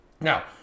Now